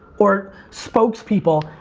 or spokespeople.